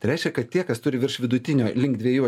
tai reiškia kad tie kas turi virš vidutinio link dviejų